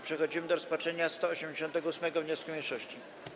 Przechodzimy do rozpatrzenia 188. wniosku mniejszości.